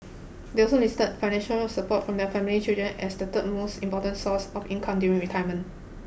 they also listed financial support from their family children as the third most important source of income during retirement